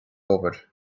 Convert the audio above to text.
obair